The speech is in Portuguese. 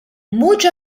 mude